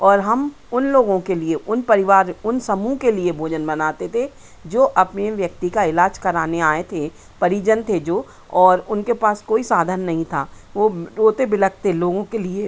और हम उन लोगों के लिए उन परिवार उन समूह के लिए भोजन बनाते थे जो अपने व्यक्ति का इलाज कराने आए थे परिजन थे जो और उनके पास कोई साधन नहीं था वो रोते बिलखते लोगों के लिए